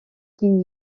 тінь